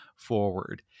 Forward